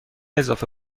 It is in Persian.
اضافه